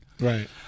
Right